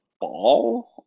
ball